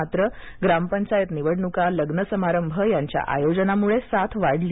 मात्र ग्रामपंचायत निवडणुका लग्न समारभ यांच्या आयोजनाने साथ वाढली